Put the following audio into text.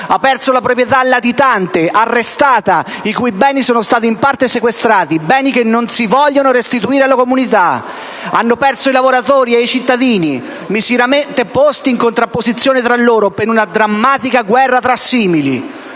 ha perso la proprietà latitante o arrestata, i cui beni sono stati in parte sequestrati, beni che non si vogliono restituire alla comunità; hanno perso i lavoratori e i cittadini, miseramente posti in contrapposizione tra loro per una drammatica guerra tra simili;